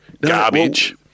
garbage